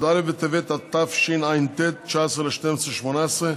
י"א בטבת התשע"ט, 19 בדצמבר 2018,